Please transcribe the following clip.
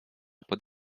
pod